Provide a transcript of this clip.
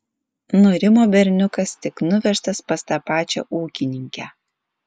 nurimo berniukas tik nuvežtas pas tą pačią ūkininkę